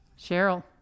Cheryl